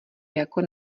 jako